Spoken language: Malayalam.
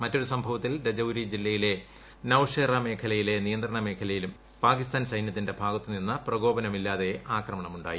മറ്റൊരു സംഭവത്തിൽ ്ർജ്യാരി ജില്ലയിലെ നൌഷേറാ മേഖലയിലെ നിയന്ത്രണ രേഖയിലും ് പാകിസ്ഥാൻ സൈനൃത്തിന്റെ ഭാഗത്തു നിന്ന് പ്രകോപനമില്ലാതെ ആക്രമണം ഉണ്ടായി